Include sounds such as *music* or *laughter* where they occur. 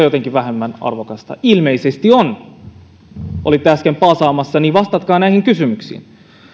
*unintelligible* jotenkin vähemmän arvokasta ilmeisesti on kun olitte äsken paasaamassa niin vastatkaa näihin kysymyksiin